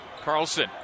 Carlson